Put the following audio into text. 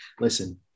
Listen